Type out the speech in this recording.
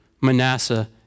Manasseh